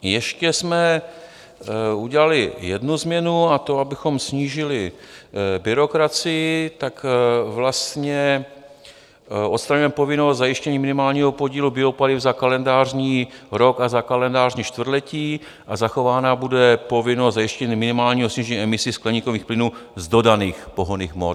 Ještě jsme udělali jednu změnu, a to, abychom snížili byrokracii, vlastně odstraňujeme povinnost zajištění minimálního podílu biopaliv za kalendářní rok a za kalendářní čtvrtletí a zachována bude povinnost zajištění minimálního snížení emisí skleníkových plynů z dodaných pohonných hmot.